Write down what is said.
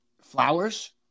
flowers